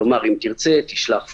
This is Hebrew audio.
כלומר, אם תרצה, תשלח פקס.